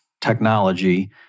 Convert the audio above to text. technology